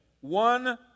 One